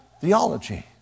theology